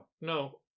No